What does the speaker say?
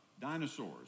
dinosaurs